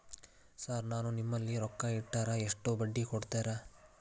Sir ನಾನು ನಿಮ್ಮಲ್ಲಿ ರೊಕ್ಕ ಇಟ್ಟರ ಎಷ್ಟು ಬಡ್ಡಿ ಕೊಡುತೇರಾ?